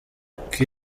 nicki